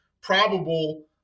probable